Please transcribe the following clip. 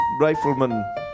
Rifleman